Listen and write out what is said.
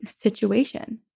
situation